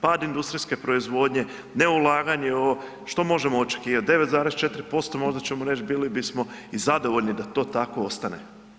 Pad industrijske proizvodnje, neulaganje ovo, što možemo očekivati, 9,4%, možda ćemo reći, bili bismo i zadovoljni da to tako ostane.